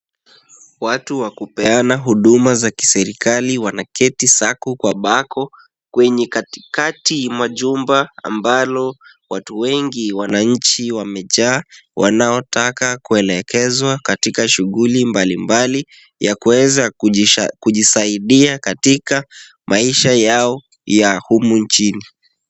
Watu wa kupeana huduma za kiserikali wanaketi sako kwa bako, kwenye katikati mwa jumba ambalo watu wengi wananchi wamejaa, wanaotaka kuelekezwa katika shughuli mbalimbali, ya kuweza kujisaidia katika maisha yao ya humu nchini.